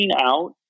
out